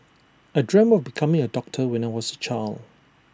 I dreamt of becoming A doctor when I was A child